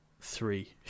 three